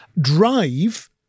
drive